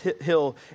hill